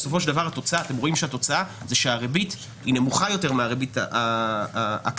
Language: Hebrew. אתם רואים שהתוצאה היא שהריבית נמוכה יותר מהריבית הקיימת.